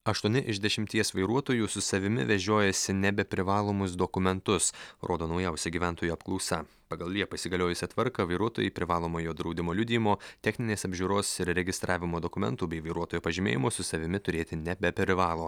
aštuoni iš dešimties vairuotojų su savimi vežiojasi nebeprivalomus dokumentus rodo naujausia gyventojų apklausa pagal liepą įsigaliojusią tvarką vairuotojai privalomojo draudimo liudijimo techninės apžiūros ir registravimo dokumentų bei vairuotojo pažymėjimo su savimi turėti nebeprivalo